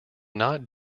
not